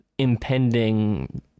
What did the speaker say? impending